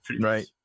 right